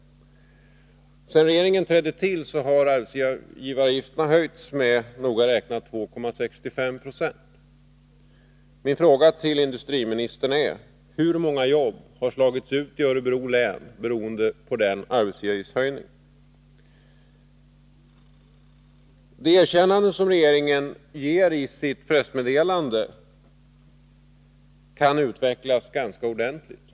Sedan den socialdemokratiska regeringen trädde till har arbetsgivaravgifterna höjts med noga räknat 2,65 9o. Det erkännande som regeringen ger i det förut nämnda pressmeddelandet kan vidgas ganska ordentligt.